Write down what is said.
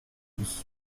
tous